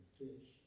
fish